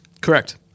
correct